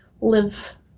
live